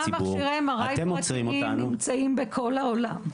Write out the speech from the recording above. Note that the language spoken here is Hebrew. אבל גם מכשירי MRI פרטיים נמצאים בכל העולם.